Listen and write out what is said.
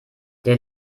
der